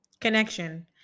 Connection